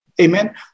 Amen